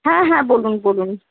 হ্যাঁ হ্যাঁ বলুন বলুন